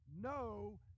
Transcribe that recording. no